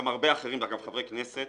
גם הרבה אחרים, אגב חברי כנסת